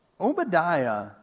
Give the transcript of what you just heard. Obadiah